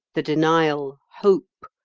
the denial, hope,